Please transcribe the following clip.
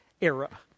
era